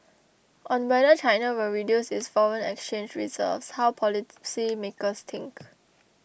on whether China will reduce its foreign exchange reserves how policymakers think